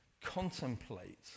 contemplate